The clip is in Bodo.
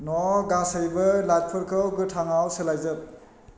न' गासैबो लाइटफोरखौ गोथाङाव सोलायजोब